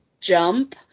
jump